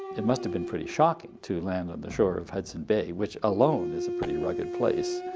it must have been pretty shocking to land on the shore of hudson bay, which alone is a pretty rugged place,